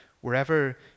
wherever